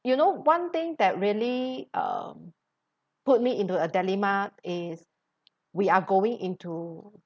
you know one thing that really um put me into a dilemma is we are going into